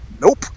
nope